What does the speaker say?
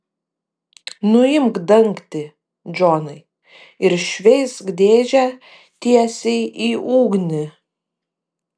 nuimk dangtį džonai ir šveisk dėžę tiesiai į ugnį